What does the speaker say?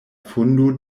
fundo